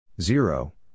Zero